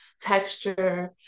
texture